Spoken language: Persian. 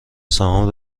سهام